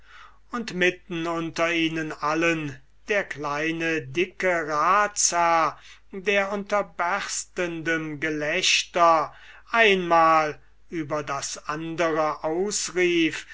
und mitten unter ihnen allen der kleine dicke ratsherr der unter berstendem gelächter einmal über das andre ausrief